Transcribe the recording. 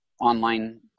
online